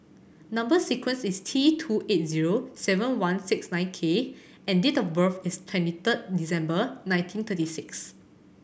number sequence is T two eight zero seven one six nine K and date of birth is twenty third December nineteen thirty six